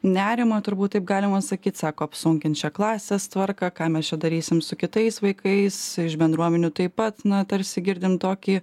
nerimą turbūt taip galima sakyt sako apsunkins čia klasės tvarką ką mes čia darysim su kitais vaikais iš bendruomenių taip pat na tarsi girdim tokį